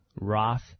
Roth